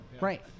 right